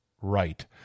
right